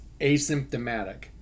asymptomatic